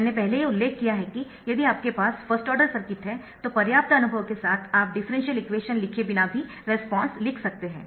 मैंने पहले ही उल्लेख किया है कि यदि आपके पास फर्स्ट ऑर्डर सर्किट है तो पर्याप्त अनुभव के साथ आप डिफरेंशियल इक्वेशन लिखे बिना भी रेस्पॉन्स लिख सकते है